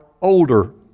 older